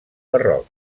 barroc